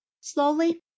Slowly